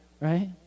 right